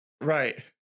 Right